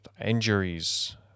injuries